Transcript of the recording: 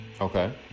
Okay